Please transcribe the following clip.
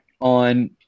on